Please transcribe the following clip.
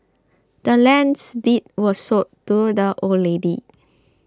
the land's deed was sold to the old lady